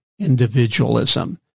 individualism